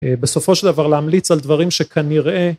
בסופו של דבר להמליץ על דברים שכנראה